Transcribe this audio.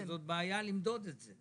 אבל זו בעיה למדוד את זה.